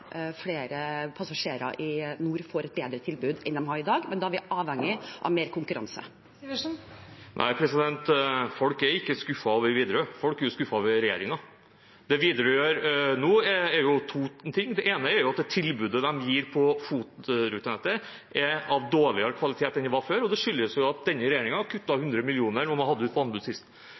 passasjerer i nord får et bedre tilbud enn de har i dag, men da er vi avhengig av mer konkurranse. Eirik Sivertsen – til oppfølgingsspørsmål. Nei, folk er ikke skuffet over Widerøe, folk er skuffet over regjeringen. Det Widerøe gjør nå, er to ting. Det ene er at tilbudet de gir på FOT-rutenettet, er av dårligere kvalitet enn det var før, og det skyldes at denne regjeringen kuttet 100 mill. kr da en hadde det ut på anbud sist.